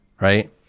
Right